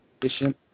efficient